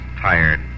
tired